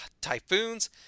typhoons